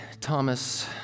Thomas